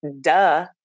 duh